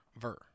Ver